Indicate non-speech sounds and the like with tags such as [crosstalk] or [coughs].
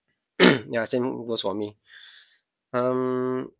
[coughs] ya same goes for me um